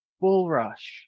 Bullrush